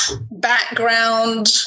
background